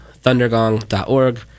Thundergong.org